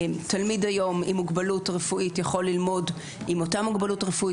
תלמיד היום עם מוגבלות רפואית יכול ללמוד עם אותה מוגבלות רפואית,